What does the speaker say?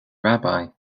rabbi